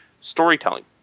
storytelling